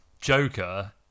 joker